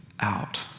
out